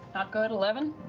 not good. eleven?